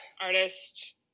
artist